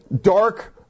dark